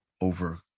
over